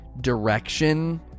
direction